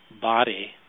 body